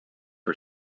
her